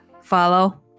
follow